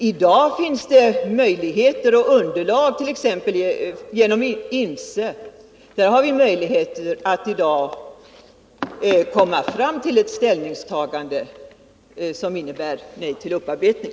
I dag finns det underlag, t.ex. genom INFCE, och det ger oss möjligheter att ta ställning och säga nej till upparbetning.